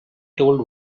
told